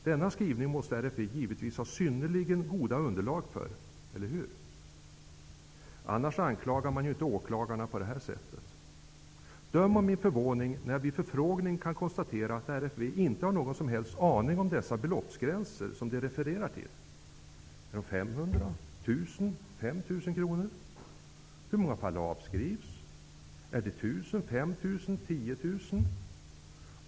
Denna skrivning måste RFV givetvis ha synnerligen goda underlag för, eller hur? Annars anklagas ju inte åklagarna på det här sättet. Döm om min förvåning när jag vid en förfrågning kunde konstatera att RFV inte har någon som helst aning om de beloppsgränser som de refererar till. Är de 500, 1 000 eller 5 000 kr? Hur många fall avskrivs? Är det 1 000, 5 000 eller 10 000?